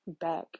back